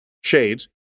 shades